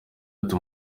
ati